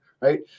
right